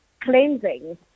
cleansing